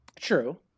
True